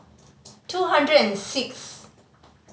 two hundred and sixth